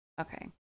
okay